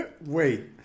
wait